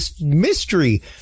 mystery